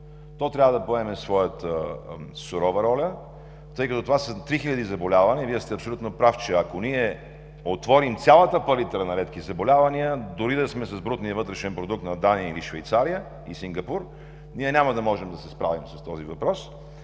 То трябва да поеме своята сурова роля, тай като това са три хиляди заболявания. Вие сте абсолютно прав, че ако ние отворим цялата палитра на редки заболявания, дори да сме с брутния вътрешен продукт на Дания, Швейцария или Сингапур, ние няма да можем да се справим с този въпрос.